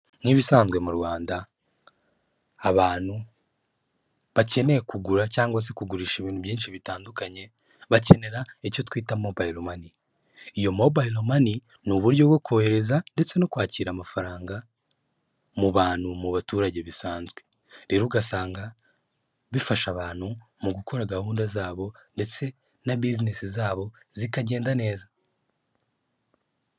Nk'ibisanzwe mu Rwanda abantu bakeneye kugura cyangwa se kugurisha ibintu byinshi bitandukanye, bakenera icyo twita mobayiro mani. Iyo mobayiro mani ni uburyo bwo kohereza ndetse no kwakira amafaranga mu bantu, mu baturage bisanzwe. Rero ugasanga bifasha abantu mu gukora gahunda zabo ndetse na bizinesi zabo zikagenda neza.